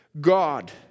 God